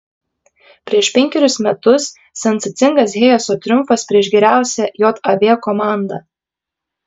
prieš penkerius metus sensacingas hayeso triumfas prieš geriausią jav komandą